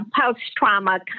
post-trauma